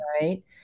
right